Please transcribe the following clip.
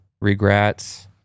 regrets